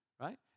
Right